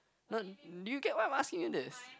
no do you get why I'm asking you this